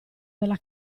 della